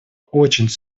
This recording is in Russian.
очень